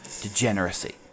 degeneracy